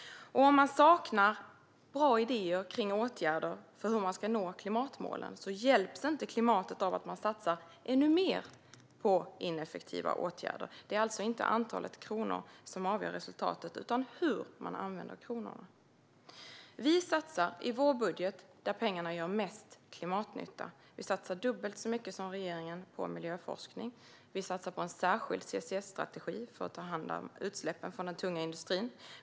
Om man saknar bra idéer för hur man ska nå klimatmålen hjälps klimatet inte av att man satsar ännu mer på ineffektiva åtgärder. Det är inte antalet kronor som avgör resultatet utan hur man använder kronorna. Vi satsar i vår budget där pengarna gör mest klimatnytta. Vi satsar dubbelt så mycket som regeringen på miljöforskning. Vi satsar på en särskild CCS-strategi för att ta hand om utsläppen från den tunga industrin.